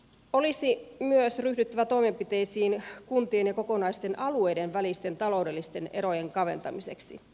olisi myös ryhdyttävä toimenpiteisiin kuntien ja kokonaisten alueiden välisten taloudellisten erojen kaventamiseksi